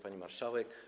Pani Marszałek!